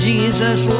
Jesus